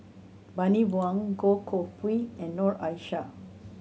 Bani Buang Goh Koh Pui and Noor Aishah